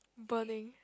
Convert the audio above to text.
burning